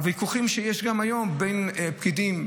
הוויכוחים שיש גם היום בין פקידים,